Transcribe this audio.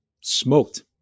Smoked